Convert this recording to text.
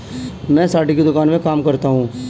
मैं साड़ी की दुकान में काम करता हूं